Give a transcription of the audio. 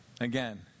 Again